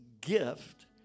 gift